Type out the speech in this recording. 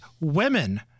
women